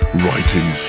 writing